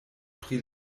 pri